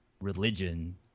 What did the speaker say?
religion